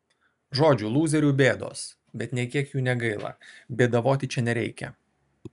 žodžiu lūzerių bėdos bet nė kiek jų negaila bėdavoti čia nereikia